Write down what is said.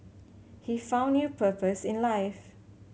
he found new purpose in life